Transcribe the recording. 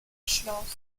schloss